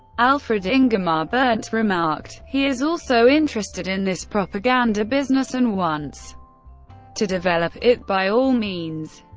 alfred-ingemar berndt remarked he is also interested in this propaganda business and wants to develop it by all means.